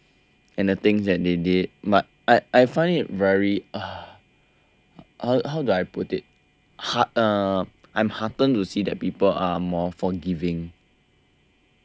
and the things that they did but I I find it very uh how do I put it heart~ uh I am heartened to see that people are more forgiving